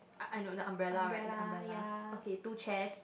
I I know the umbrella right the umbrella okay two chairs